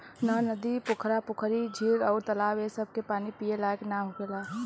नहर, नदी, पोखरा, पोखरी, झील अउर तालाब ए सभ के पानी पिए लायक ना होखेला